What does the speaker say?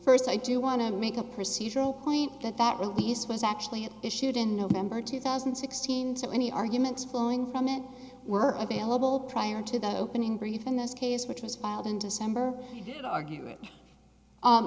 first i do want to make a procedural point that that release was actually issued in november two thousand and sixteen so any arguments flowing from it were available prior to the opening brief in this case which was filed in december and argue it